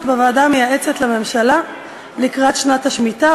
בוועדה המייעצת לממשלה לקראת שנת השמיטה,